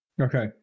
Okay